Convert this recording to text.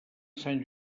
sant